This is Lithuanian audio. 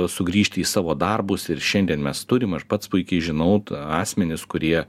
sugrįžti į savo darbus ir šiandien mes turim aš pats puikiai žinau asmenis kurie